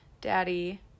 Daddy